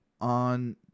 on